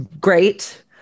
great